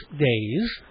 days